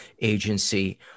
agency